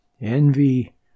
envy